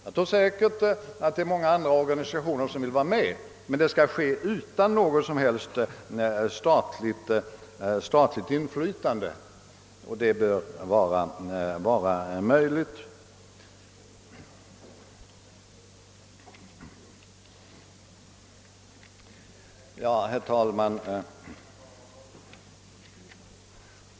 Jag tror att många andra organisationer vill vara med, men det hela skall drivas utan något som helst statligt inflytande; det bör vara möjligt. Herr talman!